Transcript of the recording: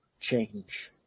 change